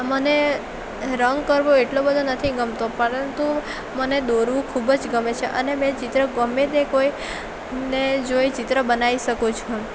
મને રંગ કરવો એટલો બધો નથી ગમતો પરંતુ મને દોરવું ખૂબ જ ગમે છે અને મેં ચિત્ર ગમે તે કોઈ ને જોઈ ચિત્ર બનાવી શકું છું